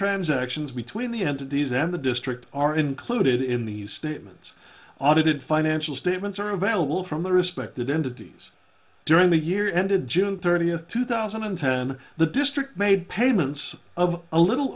transactions between the entities and the district are included in the statements audited financial statements are available from the respective entities during the year ended june thirtieth two thousand and ten the district made payments of a little